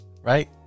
right